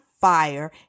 fire